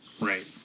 Right